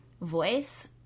voice